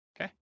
Okay